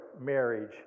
marriage